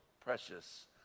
precious